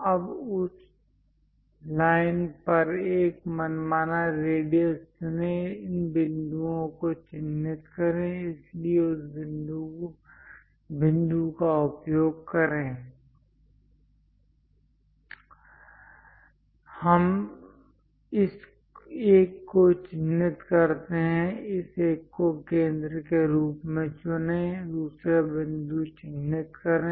अब उस लाइन पर एक मनमाना रेडियस चुनें इन बिंदुओं को चिह्नित करें इसलिए इस बिंदु का उपयोग करें हम इस एक को चिन्हित करते हैं इस एक को केंद्र के रूप में चुनें दूसरा बिंदु चिह्नित करें